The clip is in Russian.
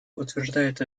утверждает